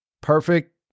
perfect